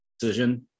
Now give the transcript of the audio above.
decision